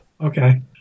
Okay